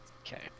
Okay